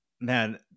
Man